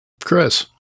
Chris